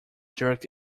jerked